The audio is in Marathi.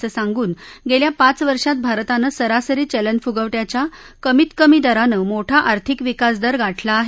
असं सांगून गस्त्रा पाच वर्षात भारतानं सरासरी चलन फुगवट्याच्या कमीत कमी दरानं मोठा आर्थिक विकास दर गाठला आह